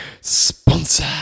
Sponsor